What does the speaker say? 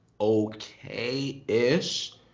okay-ish